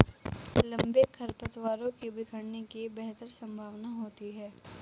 लंबे खरपतवारों के बिखरने की बेहतर संभावना होती है